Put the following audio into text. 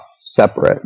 separate